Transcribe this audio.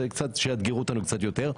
שיאתגרו אותנו קצת יותר,